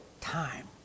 time